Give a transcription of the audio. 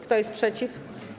Kto jest przeciw?